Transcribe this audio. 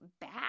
back